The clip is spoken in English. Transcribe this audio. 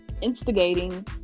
instigating